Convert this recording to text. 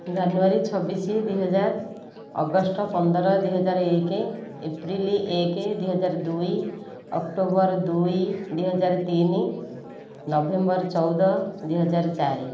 ଜାନୁଆରୀ ଛବିଶ ଦୁଇହଜାର ଅଗଷ୍ଟ ପନ୍ଦର ଦୁଇହଜାର ଏକ ଏପ୍ରିଲ ଏକ ଦୁଇହଜାର ଦୁଇ ଅକ୍ଟୋବର ଦୁଇ ଦୁଇହଜାର ତିନି ନଭେମ୍ବର ଚଉଦ ଦୁଇହଜାର ଚାରି